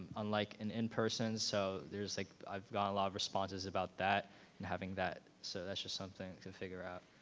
unlike an in-person. so there's like, i've gotten a lot of responses about that and having that. so that's just something to figure out.